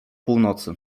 północy